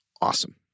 awesome